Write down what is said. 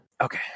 okay